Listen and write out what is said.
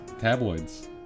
tabloids